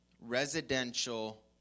residential